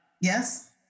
Yes